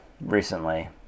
recently